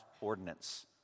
ordinance